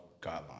guideline